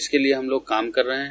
इसके लिए हम लोग काम कर रहे हैं